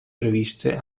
previste